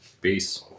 Peace